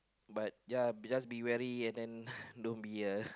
but ya just be wary and then don't be a